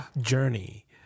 journey